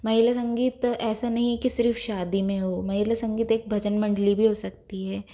महिला संगीत ऐसा नहीं है कि सिर्फ़ शादी में हो महिला संगीत एक भजन मंडली भी हो सकती है